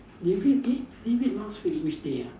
David eh David last week which day ah